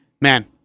man